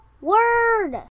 word